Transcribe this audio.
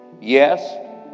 Yes